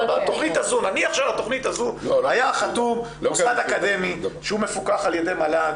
נניח שעל התכנית הזו היה חתום מוסד אקדמי שהוא מפוקח על ידי מל"ג,